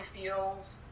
feels